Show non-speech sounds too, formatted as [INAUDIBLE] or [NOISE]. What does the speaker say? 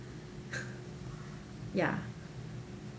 [NOISE] ya